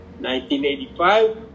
1985